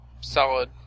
solid